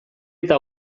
eta